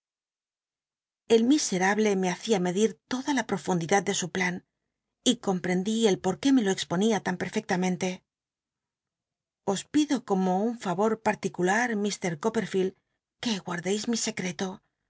el miserable me hacia medí toda la profundidad de su plan y colnprendi clpot qué me lo expon in tan pcreclamenle os pido como un fa o pnrliculat m copperflcld que guardeis mi secreto